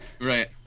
Right